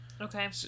Okay